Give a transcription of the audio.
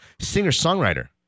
singer-songwriter